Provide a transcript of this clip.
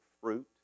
fruit